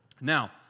Now